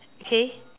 okay